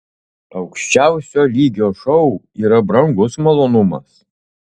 aukščiausio lygio šou yra brangus malonumas